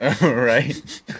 Right